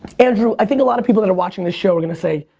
andrew, i think a lot of people that are watching this show are gonna say,